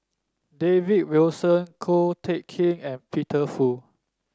David Wilson Ko Teck Kin and Peter Fu